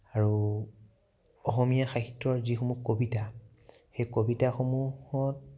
আৰু অসমীয়া সাহিত্যৰ যিসমূহ কবিতা সেই কবিতাসমূহত